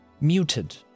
muted